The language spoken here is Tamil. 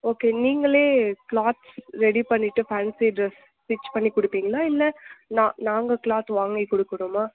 ஓகே நீங்களே கிளாத்ஸ் ரெடி பண்ணிவிட்டு ஃபேன்சி டிரஸ் ஸ்டிச் பண்ணி கொடுப்பிங்ளா இல்லை நாங்கள் கிளாத் வாங்கி கொடுக்குட்டுமா